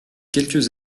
quelques